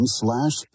slash